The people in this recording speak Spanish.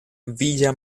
villa